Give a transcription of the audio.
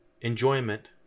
enjoyment